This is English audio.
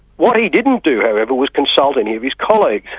what he didn't do however was consult any of his colleagues.